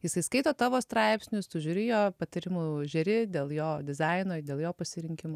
jisai skaito tavo straipsnius tu žiūri jo patarimų žeri dėl jo dizaino ir dėl jo pasirinkimų